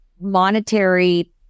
monetary